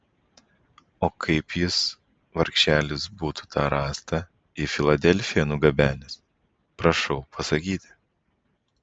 o kaip jis vargšelis būtų tą rąstą į filadelfiją nugabenęs prašau pasakyti